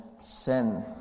sin